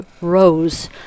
rose